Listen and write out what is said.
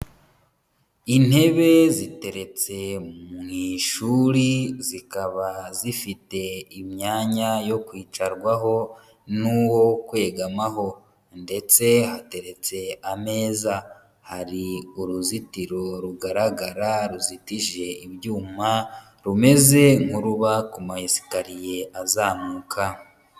Intebe ziteretse mu ishuri zikaba zifite imyanya yo kwicarwaho n'uwo kwegamaho ndetse hateretse ameza, hari uruzitiro rugaragara ruzitije ibyuma rumeze nk'uruba kuma esikariye azamuka.